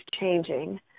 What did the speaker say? changing